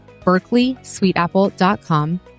BerkeleySweetApple.com